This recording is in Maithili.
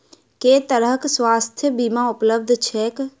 केँ तरहक स्वास्थ्य बीमा उपलब्ध छैक?